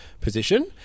position